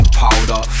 powder